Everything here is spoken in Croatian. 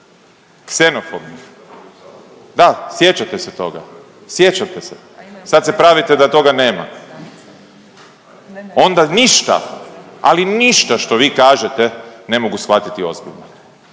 ksenofobnih. Da sjećate se toga, sjećate se. Sad se pravite da toga nema. Onda ništa ali ništa što vi kažete ne mogu shvatiti ozbiljno